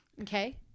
Okay